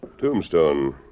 tombstone